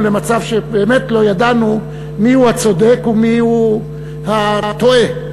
למצב שבאמת לא ידענו מיהו הצודק ומיהו הטועה.